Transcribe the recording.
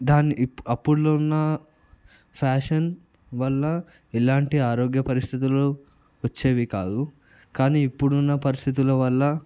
దాని ఇప్పు అప్పుడులో ఉన్న ఫ్యాషన్ వల్ల ఎలాంటి ఆరోగ్య పరిస్థితులు వచ్చేవి కాదు కానీ ఇప్పుడున్న పరిస్థితుల వల్ల